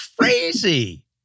crazy